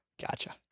Gotcha